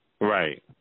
Right